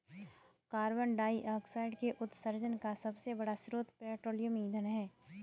carbon dioxide के उत्सर्जन का सबसे बड़ा स्रोत पेट्रोलियम ईंधन है